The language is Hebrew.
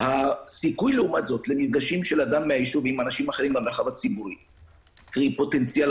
סדצקי ראש שירותי בריאות הציבור מירי פרנק שור